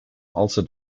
also